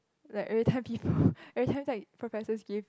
like every time people every time like professors give